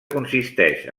consisteix